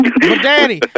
Daddy